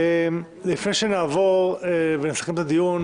לפני שנעבור ונסכם את הדיון,